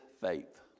faith